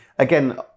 Again